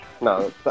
No